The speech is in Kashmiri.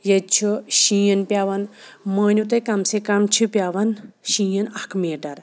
ییٚتہِ چھُ شیٖن پیٚوان مٲنِو تُہۍ کَم سے کَم چھِ پیٚوان شیٖن اَکھ میٖٹَر